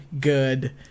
good